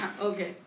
Okay